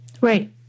Right